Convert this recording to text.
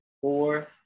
four